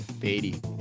Beatty